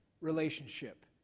relationship